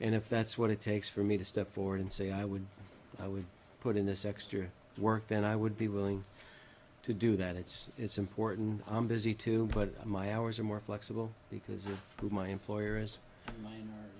and if that's what it takes for me to step forward and say i would i would put in this extra work then i would be willing to do that it's it's important i'm busy too but my hours are more flexible because my employer is m